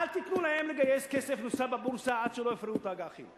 אל תיתנו להם לגייס כסף נוסף בבורסה עד שלא יפרעו את האג"חים.